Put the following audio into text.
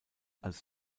als